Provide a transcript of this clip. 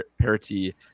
parity